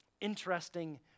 interesting